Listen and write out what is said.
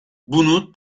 bunu